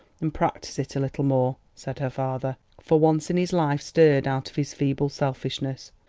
and practise it a little more! said her father, for once in his life stirred out of his feeble selfishness.